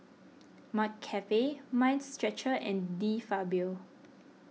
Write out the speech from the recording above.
McCafe Mind Stretcher and De Fabio